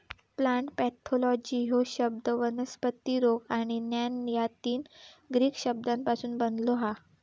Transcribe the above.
plant pathology ह्यो शब्द वनस्पती रोग आणि ज्ञान या तीन ग्रीक शब्दांपासून बनलो हा